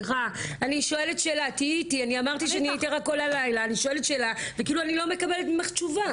אני שואלת שאלה וכאילו אני לא מקבלת ממך תשובה.